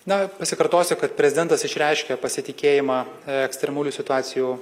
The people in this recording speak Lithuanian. na pasikartosiu kad prezidentas išreiškė pasitikėjimą ekstremalių situacijų